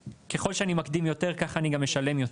ככל שאני מקדים יותר, ככה אני גם משלם יותר.